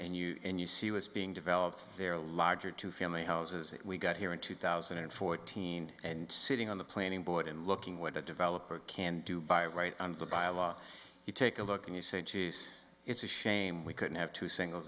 and you and you see what's being developed there larger two family houses we got here in two thousand and fourteen and sitting on the planning board and looking what a developer can do by right by a law you take a look and you say geez it's a shame we couldn't have two singles